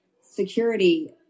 Security